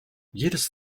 jedes